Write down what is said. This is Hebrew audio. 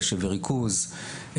קשב וריכוז,